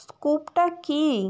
স্কুপটা কী